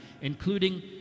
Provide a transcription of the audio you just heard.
including